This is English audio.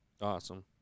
Awesome